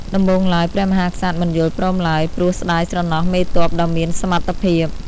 ដំបូងឡើយ ព្រះមហាក្សត្រមិនយល់ព្រមឡើយ ព្រោះស្ដាយស្រណោះមេទ័ពដ៏មានសមត្ថភាព។